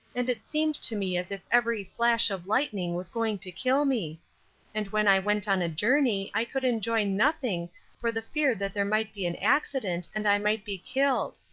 and it seemed to me as if every flash of lightning was going to kill me and when i went on a journey i could enjoy nothing for the fear that there might be an accident and i might be killed.